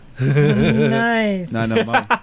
Nice